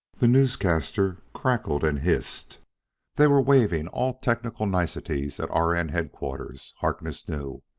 the newscaster crackled and hissed they were waiving all technical niceties at r. n. headquarters, harkness knew.